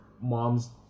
mom's